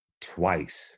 twice